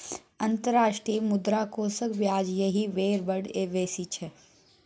अंतर्राष्ट्रीय मुद्रा कोषक ब्याज एहि बेर बड़ बेसी छै